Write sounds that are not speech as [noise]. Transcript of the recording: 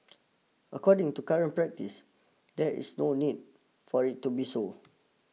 [noise] according to current practice there is no need for it to be so